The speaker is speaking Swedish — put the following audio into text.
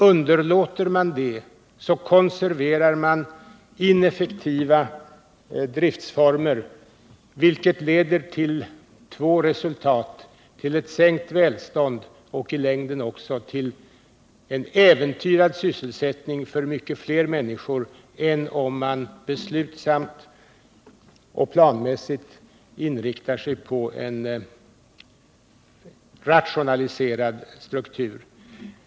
Underlåter man att göra det konserverar man ineffektiva driftformer, vilket leder till två resultat: ett sänkt välstånd och i längden också en äventyrad sysselsättning för många fler människor än om man beslutsamt och planmässigt inriktar sig på en rationaliserad struktur.